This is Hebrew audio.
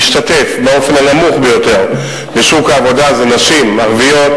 שמשתתף באופן הנמוך ביותר בשוק העבודה זה נשים ערביות,